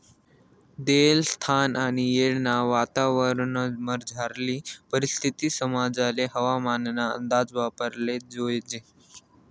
देयेल स्थान आणि येळना वातावरणमझारली परिस्थिती समजाले हवामानना अंदाज वापराले जोयजे